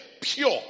pure